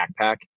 backpack